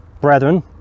brethren